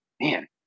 man